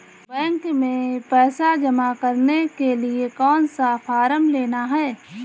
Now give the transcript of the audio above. Bank में पैसा जमा करने के लिए कौन सा फॉर्म लेना है?